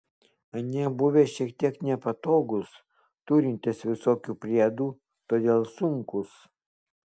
anie buvę šiek tiek nepatogūs turintys visokių priedų todėl sunkūs